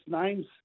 names